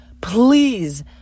please